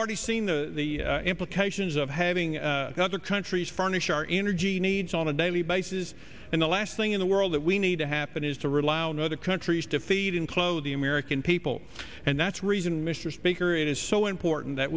already seen the implications of having other countries furnish our energy needs on a daily basis and the last thing in the world that we need to happen is to rely on other countries to feed and clothe the american people and that's reason mr speaker it is so important that